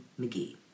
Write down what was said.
McGee